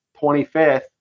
25th